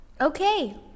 Okay